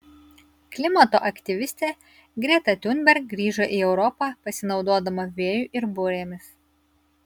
klimato aktyvistė greta thunberg grįžo į europą pasinaudodama vėju ir burėmis